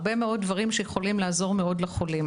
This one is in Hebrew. הרבה מאוד דברים שיכולים לעזור מאוד לחולים,